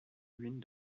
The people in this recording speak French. ruines